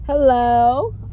Hello